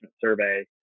survey